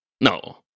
No